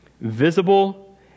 visible